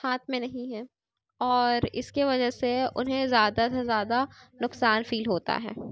ہاتھ میں نہیں ہے اور اِس کے وجہ سے اُنہیں زیادہ سے زیادہ نقصان فیل ہوتا ہے